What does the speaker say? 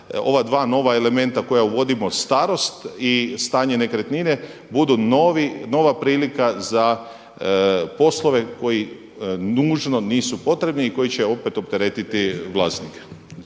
ova dva nova elementa koja uvodimo: starost i stanje nekretnine, budu nova prilika za poslove koji nužno nisu potrebni i koji će opet opteretiti vlasnika.